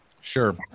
Sure